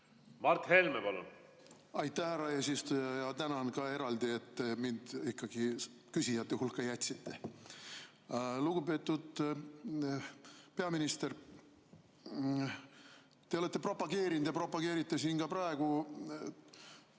Mart Helme, palun! Aitäh, härra eesistuja! Tänan ka eraldi, et te mind ikkagi küsijate hulka jätsite. Lugupeetud peaminister! Te olete propageerinud ja propageerite siin ka praegu